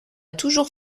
toujours